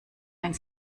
ein